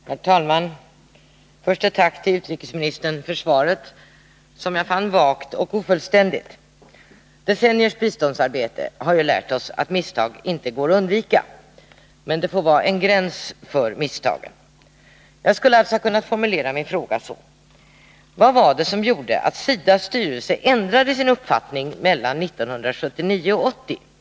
Herr talman! Först ett tack till utrikesministern för svaret på min fråga, som jag dock fann vagt och ofullständigt. Decenniers biståndsarbete har lärt oss att misstag inte går att undvika, men det får vara en gräns för misstagen. Jag skulle ha kunnat formulera min fråga så: Vad var det som gjorde att SIDA:s styrelse ändrade sin uppfattning mellan 1979 och 1980?